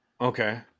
Okay